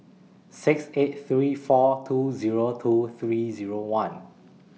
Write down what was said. six eight three four two Zero two three Zero one